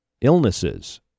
illnesses